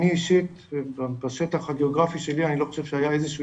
אני אישית בשטח הגיאוגרפי שלי אני לא חושב שהיה איזה שהוא